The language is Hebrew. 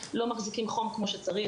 לא מחזיקים חום כמו שצריך,